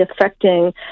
affecting